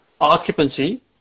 occupancy